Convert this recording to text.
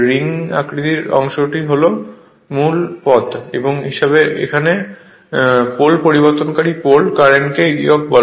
ring আকৃতির অংশ যা মূল পথ হিসাবে কাজ করে এবং পোল পরিবর্তনকারী পোল কারেন্টকে ইয়ক বলে